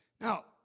now